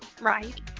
Right